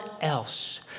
else